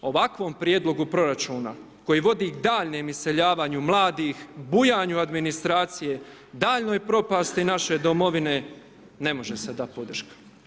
Ovakvom prijedlogu proračuna koji vodi daljnjem iseljavanju mladih, bujanju administracije, daljnjoj propasti naše Domovine, ne može se dati podrška.